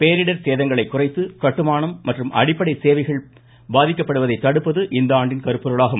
பேரிடர் சேதங்களை குறைத்து கட்டுமானம் மற்றும் அடிப்படை சேவைகள் பாதிக்கப்படுவதை தடுப்பது இந்த ஆண்டின் கருப்பொருளாகும்